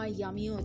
yummy